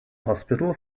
hospital